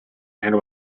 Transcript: and